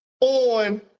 on